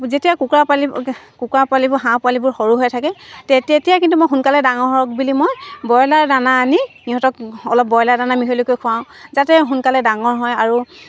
যেতিয়া কুকুৰা পালি কুকুৰা পোৱালিবোৰ হাঁহ পোৱালিবোৰ সৰু হৈ থাকে তে তেতিয়া কিন্তু মই সোনকালে ডাঙৰ হওক বুলি মই ব্ৰইলাৰ দানা আনি ইহঁতক অলপ ব্ৰইলাৰ দানা মিহলি কৰি খুৱাওঁ যাতে সোনকালে ডাঙৰ হয় আৰু